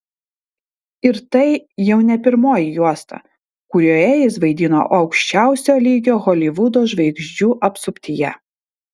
ir tai jau ne pirmoji juosta kurioje jis vaidino aukščiausio lygio holivudo žvaigždžių apsuptyje